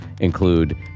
include